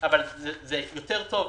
אבל זה יותר טוב מהחוק.